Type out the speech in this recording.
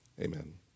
Amen